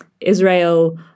Israel